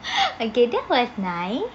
okay that was nice